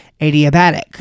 adiabatic